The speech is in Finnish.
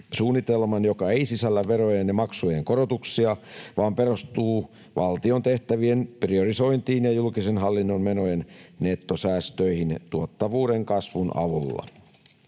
joka ei sisällä verojen ja maksujen korotuksia vaan perustuu valtion tehtävien priorisointiin ja julkisen hallinnon menojen nettosäästöihin tuottavuuden kasvun avulla.